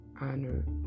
honor